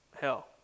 hell